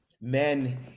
men